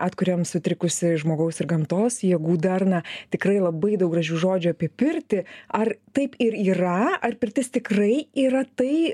atkuriam sutrikusį žmogaus ir gamtos jėgų darną tikrai labai daug gražių žodžių apie pirtį ar taip ir yra ar pirtis tikrai yra tai